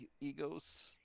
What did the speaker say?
egos